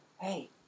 hey